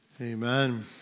Amen